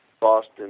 Boston